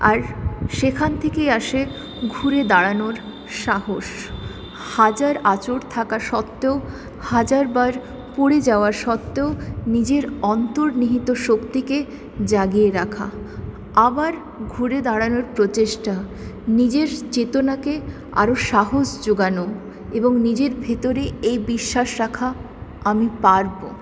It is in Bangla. আর সেখান থেকেই আসে ঘুরে দাঁড়ানোর সাহস হাজার আঁচড় থাকা সত্ত্বেও হাজার বার পরে যাওয়া সত্ত্বেও নিজের অন্তর্নিহিত শক্তিকে জাগিয়ে রাখা আবার ঘুরে দাঁড়ানোর প্রচেষ্টা নিজের চেতনাকে আরও সাহস জোগানো এবং নিজের ভিতরে এই বিশ্বাস রাখা আমি পারব